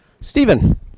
Stephen